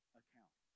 account